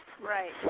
right